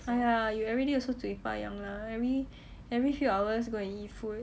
!aiya! you everyday also 嘴巴痒啦 every every few hours go and eat food